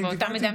באותה מידה,